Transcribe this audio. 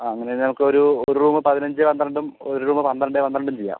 ആ അങ്ങനെയാണെങ്കിൽ നമുക്ക് ഒരു ഒരു റൂം പതിനഞ്ച് പന്ത്രണ്ടും ഒരു റൂം പന്ത്രണ്ട് പന്ത്രണ്ടും ചെയ്യാം